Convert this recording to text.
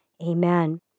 Amen